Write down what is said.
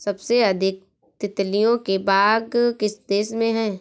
सबसे अधिक तितलियों के बाग किस देश में हैं?